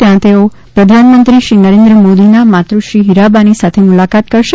ત્યાં તેઓ પ્રધાનમંત્રી શ્રી નરેન્દ્ર મોદીના માતૃશ્રી હ્રીરાબાની સાથે મુલાકાત કરશે